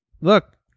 look